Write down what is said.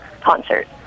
concert